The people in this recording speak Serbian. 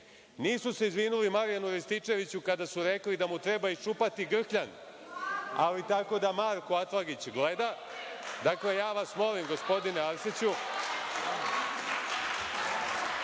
Nisu se izvinuli Marjanu Rističeviću kada su rekli da mu treba iščupati grkljan, ali tako da Marko Atlagić gleda. Dakle, ja vas molim, gospodine Arsiću.